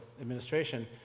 administration